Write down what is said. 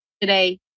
today